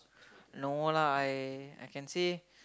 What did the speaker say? no lah I I can say